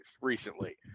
recently